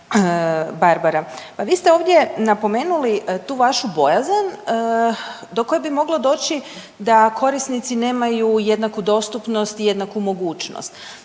Barbara, pa vi ste ovdje napomenuli tu vašu bojazan do koje bi moglo doći da korisnici nemaju jednaku dostupnost i jednaku mogućnost.